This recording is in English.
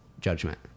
judgment